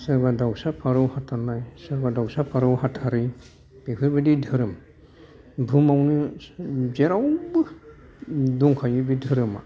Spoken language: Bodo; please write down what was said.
सोरबा दावसा फारौ हाथारनाय सोरबा दावसा फारौ हाथारै बेफोरबायदि धोरोम बुहुमावनो जेरावबो दंखायो बे धोरोमा